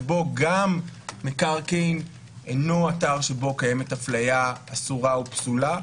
שבו גם מקרקעין אינו אתר שבו קיימת הפליה אסורה ופסולה.